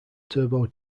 turbo